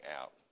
out